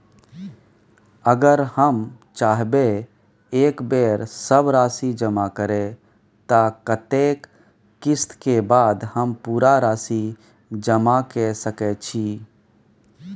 अगर हम चाहबे एक बेर सब राशि जमा करे त कत्ते किस्त के बाद हम पूरा राशि जमा के सके छि?